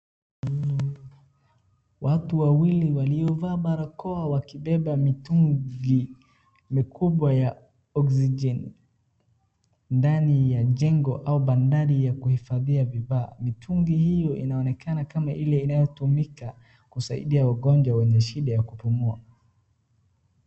Watu wawili waliovaa barokoa wakibeba mitungi mikubwa ya oksijeni ndani ya jengo au badali ya kuifadhi vifaa. Mitungi hiyo inaonekana kama ile inayotumika kusaidia wagonjwa wanaoshida ya kupumua.